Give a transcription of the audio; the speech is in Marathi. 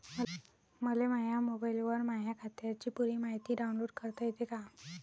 मले माह्या मोबाईलवर माह्या खात्याची पुरी मायती डाऊनलोड करता येते का?